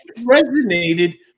resonated